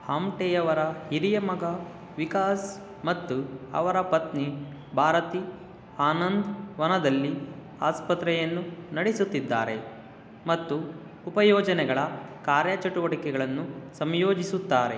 ಆಮ್ಟೆಯವರ ಹಿರಿಯ ಮಗ ವಿಕಾಸ್ ಮತ್ತು ಅವರ ಪತ್ನಿ ಭಾರತಿ ಆನಂದ್ವನದಲ್ಲಿ ಆಸ್ಪತ್ರೆಯನ್ನು ನಡೆಸುತ್ತಿದ್ದಾರೆ ಮತ್ತು ಉಪಯೋಜನೆಗಳ ಕಾರ್ಯಚಟುವಟಿಕೆಗಳನ್ನು ಸಂಯೋಜಿಸುತ್ತಾರೆ